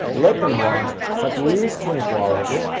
let them run for at least twenty four hours,